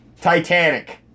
Titanic